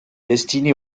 destinée